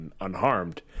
unharmed